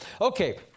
okay